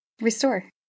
Restore